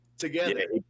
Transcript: Together